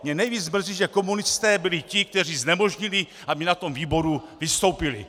Mě nejvíc mrzí, že komunisté byli ti, kteří znemožnili, aby na tom výboru vystoupili.